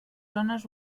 zones